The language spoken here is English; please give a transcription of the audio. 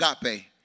agape